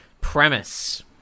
Premise